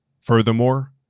Furthermore